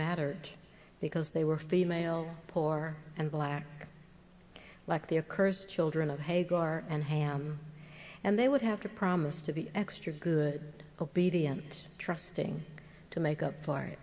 matter because they were female poor and black like their cursed children of hagar and ham and they would have to promise to be extra good obedient trusting to make up for it